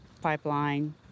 pipeline